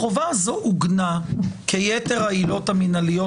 החובה הזו עוגנה כיתר העילות המינהליות